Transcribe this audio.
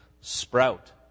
sprout